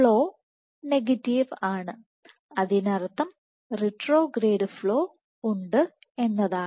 flow negative ആണ് അതിനർത്ഥം retrograde flow ഉണ്ട് എന്നതാണ്